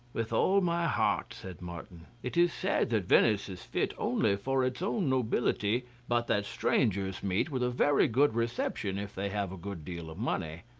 with all my heart, said martin. it is said that venice is fit only for its own nobility, but that strangers meet with a very good reception if they have a good deal of money.